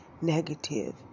negative